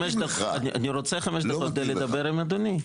אני רוצה חמש דקות לדבר עם אדוני,